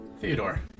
Theodore